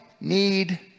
need